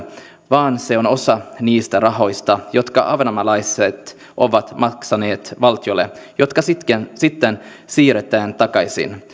vaan se on osa niistä rahoista jotka ahvenanmaalaiset ovat maksaneet valtiolle ja jotka sitten siirretään takaisin